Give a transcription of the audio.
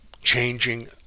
changing